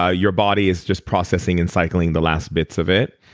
ah your body is just processing and cycling the last bits of it.